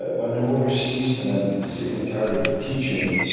when i'm overseas and i'm sick and tired of teaching,